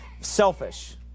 selfish